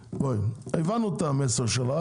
הבנו את המסר שלך,